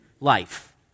life